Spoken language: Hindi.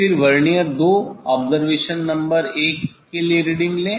फिर वर्नियर 2 ऑब्जरवेशन नंबर 1 के लिए रीडिंग लें